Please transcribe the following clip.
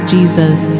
Jesus